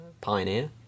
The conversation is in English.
Pioneer